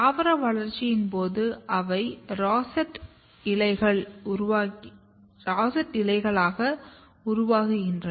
தாவர வளர்ச்சியின் போது அவை ரொசெட் இலைகளை உருவாக்குகின்றன